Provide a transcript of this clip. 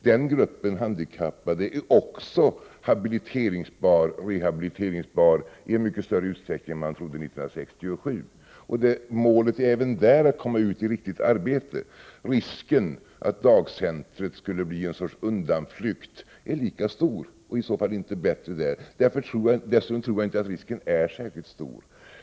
Den gruppen handikappade är också habiliteringsbar och rehabiliteringsbar i mycket större utsträckning än man trodde 1967. Målet är även där att de skall komma ut i riktigt arbete. Risken att dagcentret skulle bli en sorts undanflykt är lika stor och i så fall inte bättre där. Dessutom tror jag inte att risken är särskilt stor.